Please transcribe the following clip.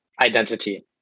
identity